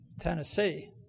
Tennessee